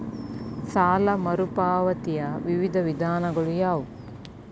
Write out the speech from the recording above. ಸಾಲ ಮರುಪಾವತಿಯ ವಿವಿಧ ವಿಧಾನಗಳು ಯಾವುವು?